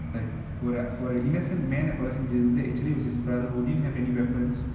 like ஒரு ஒரு:oru oru innocent man ah கொல செஞ்சது வந்து:kola senjathu vanthu actually it was his brother who didn't have any weapons